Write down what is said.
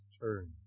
turn